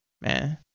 man